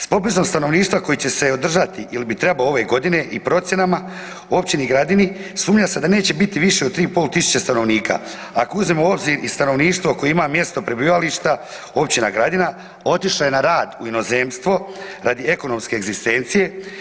S popisom stanovništva koji će se održati ili bi trebao ove godine i procjenama, u općini Gradini sumnja se da neće biti više od 3500 stanovnika ako uzmemo u obzir i stanovništvo koje ima mjesto prebivališta, Općina Gradina otišla je na rad u inozemstvo radi ekonomske egzistencije.